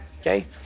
okay